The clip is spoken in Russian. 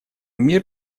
мир